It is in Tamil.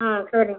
ஆ சரிங்க